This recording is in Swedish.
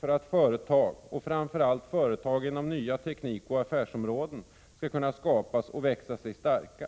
för att företag, framför allt företag inom nya teknikoch affärsområden skall kunna skapas och växa sig starka.